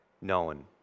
known